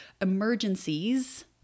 emergencies